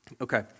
Okay